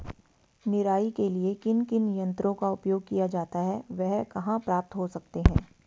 निराई के लिए किन किन यंत्रों का उपयोग किया जाता है वह कहाँ प्राप्त हो सकते हैं?